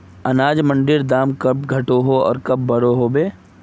अनाज मंडीर भाव कब घटोहो आर कब बढ़ो होबे?